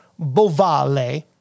Bovale